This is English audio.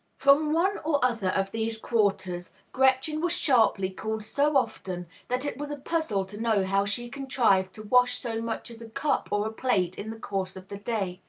from one or other of these quarters gretchen was sharply called so often that it was a puzzle to know how she contrived to wash so much as a cup or a plate in the course of the day.